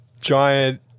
giant